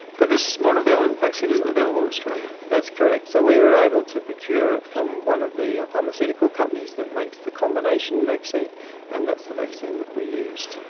but this monovalent vaccine isn't available in australia. that's correct, so we were able to procure it from one of the pharmaceutical companies that makes the combination vaccine and that's the vaccine that we used.